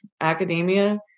academia